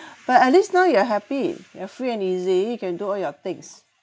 but at least now you're happy you're free and easy you can do all your things